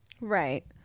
Right